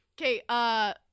Okay